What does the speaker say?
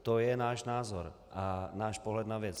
To je náš názor a náš pohled na věc.